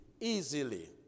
easily